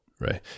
Right